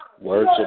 words